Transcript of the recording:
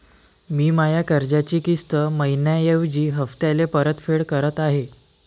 मी माया कर्जाची किस्त मइन्याऐवजी हप्त्याले परतफेड करत आहे